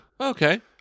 Okay